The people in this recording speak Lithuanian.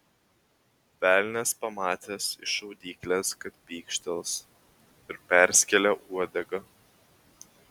velnias pamatęs iš šaudyklės kad pykštels ir perskėlė uodegą